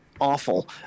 awful